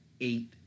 eight